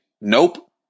nope